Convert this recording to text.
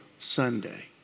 Sunday